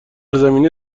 زمینه